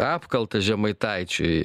apkaltą žemaitaičiui